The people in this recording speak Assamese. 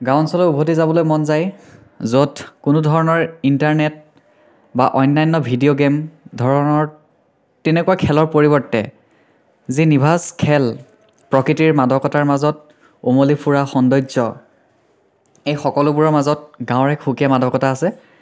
গাঁও অঞ্চলত উভতি যাবলৈ মন যায় য'ত কোনো ধৰণৰ ইণ্টাৰনেট বা অন্যান্য ভিডিঅ' গেম ধৰণৰ তেনেকুৱা খেলৰ পৰিৱৰ্তে যি নিভাঁজ খেল প্ৰকৃতিৰ মাদকতাৰ মাজত উমলি ফুৰা সৌন্দৰ্য্য এই সকলোবোৰৰ মাজত গাঁৱৰ এক সুকীয়া মাদকতা আছে